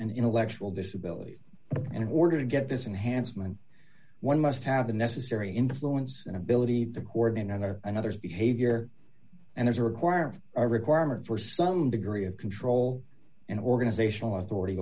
an intellectual disability and in order to get this enhanced man one must have the necessary influence and ability to coordinate either another's behavior and as a requirement or requirement for some degree of control and organizational authority